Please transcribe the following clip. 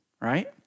right